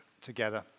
together